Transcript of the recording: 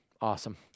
Awesome